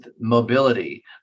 mobility